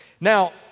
Now